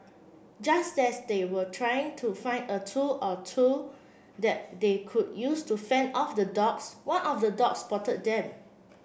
just as they were trying to find a tool or two that they could use to fend off the dogs one of the dogs spotted them